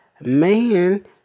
man